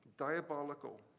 Diabolical